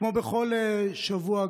כמו בכל שבוע,